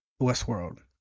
Westworld